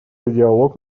диалог